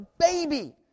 baby